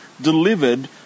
delivered